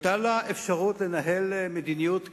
והיתה לה אפשרות לנהל מדיניות כלכלית.